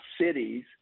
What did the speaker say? cities